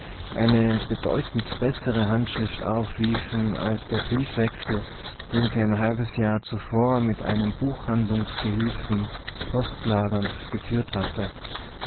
eine bedeutend bessere handschrift aufwiesen als der briefwechsel den sie ein halbes jahr zuvor mit einem buchhandlungsgehilfen postlagernd geführt hatte